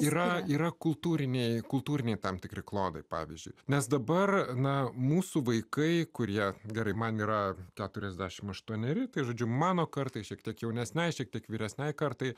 yra yra kultūriniai kultūriniai tam tikri klodai pavyzdžiui nes dabar na mūsų vaikai kurie gerai man yra keturiasdešimt aštuoneri tai žodžiu mano kartai šiek tiek jaunesniajai šiek tiek vyresniajai kartai